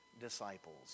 disciples